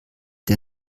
der